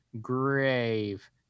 grave